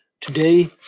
Today